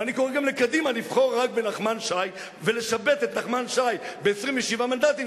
ואני קורא גם לקדימה לבחור רק בנחמן שי ולשבץ את נחמן שי ב-27 מנדטים,